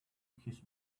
his